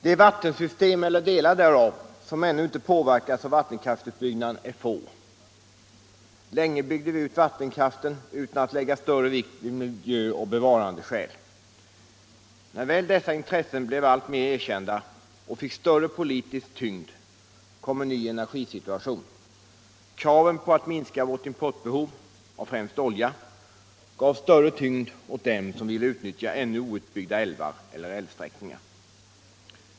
Fru talman! De vattensystem eller delar därav som ännu inte påverkats av vattenkraftsutbyggnaden är få. Länge byggde vi ut vattenkraften utan att lägga större vikt vid miljöoch bevarandeskäl. När väl dessa intressen blev alltmer erkända och fick större politisk tyngd kom en ny energisituation. Kravet på att minska vårt importbehov, främst av olja, gav större tyngd åt dem som ville utnyttja ännu outbyggda älvar eller älvsträckningar.